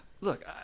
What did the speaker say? Look